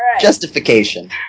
Justification